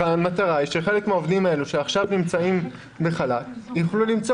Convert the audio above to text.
המטרה היא שחלק מהשוהים בחל"ת יוכלו למצוא